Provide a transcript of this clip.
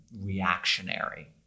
reactionary